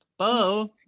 Bo